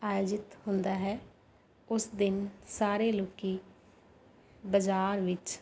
ਆਯਜਿਤ ਹੁੰਦਾ ਹੈ ਉਸ ਦਿਨ ਸਾਰੇ ਲੋਕੀਂ ਬਾਜ਼ਾਰ ਵਿੱਚ